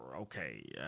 okay